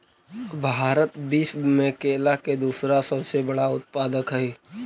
भारत विश्व में केला के दूसरा सबसे बड़ा उत्पादक हई